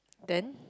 then